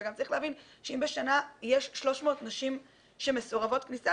גם צריך להבין שאם בשנה יש 300 נשים שמסורבות כניסה,